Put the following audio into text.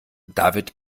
david